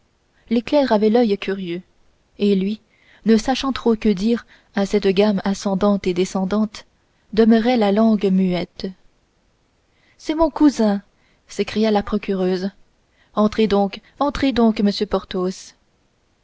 clercs avaient l'oeil curieux et lui ne sachant trop que dire à cette gamme ascendante et descendante demeurait la langue muette c'est mon cousin s'écria la procureuse entrez donc entrez donc monsieur